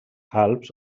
alps